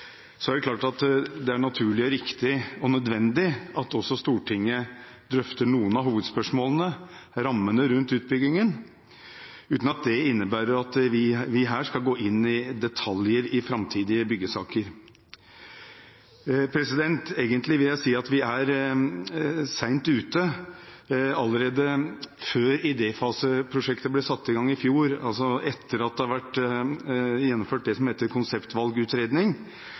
er det klart at det er naturlig, riktig og nødvendig at også Stortinget drøfter noen av hovedspørsmålene, rammene rundt utbyggingen, uten at det innebærer at vi her skal gå inn i detaljer i framtidige byggesaker. Egentlig vil jeg si at vi er sent ute. Allerede før idéfaseprosjektet ble satt i gang i fjor, etter at det som heter konseptvalgutredning, var gjennomført,